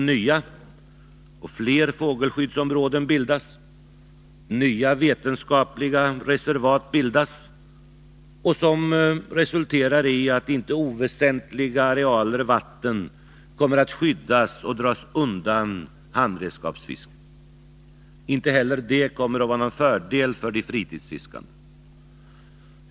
Nya och fler fågelskyddsområden bildas, nya vetenskapliga reservat bildas, och resultatet blir att inte oväsentliga arealer vatten kommer att skyddas och dras undan handredskapsfisket. Inte heller detta kommer att vara till fördel för de fritidsfiskande.